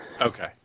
Okay